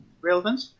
relevant